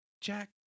Jack